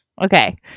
Okay